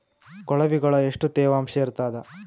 ಕೊಳವಿಗೊಳ ಎಷ್ಟು ತೇವಾಂಶ ಇರ್ತಾದ?